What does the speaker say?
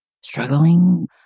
struggling